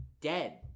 dead